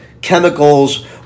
chemicals